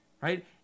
right